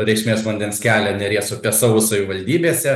reikšmės vandens kelią neries upe savo savivaldybėse